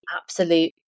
absolute